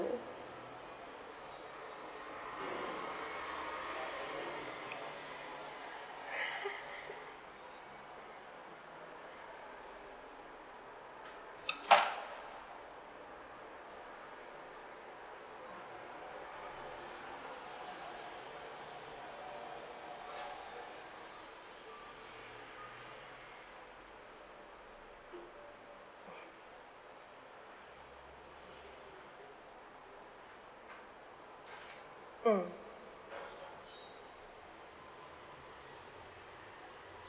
mm